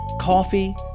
coffee